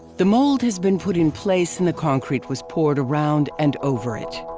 the mold has been put in place and the concrete was poured around and over it.